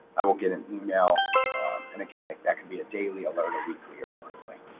i will get an email mechanic, that could be a daily alert a weekly or a monthly